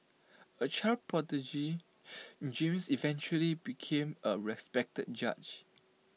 A child prodigy James eventually became A respected judge